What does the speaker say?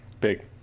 big